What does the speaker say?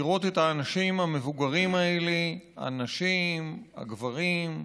לראות את האנשים המבוגרים האלה, הנשים, הגברים,